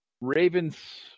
Ravens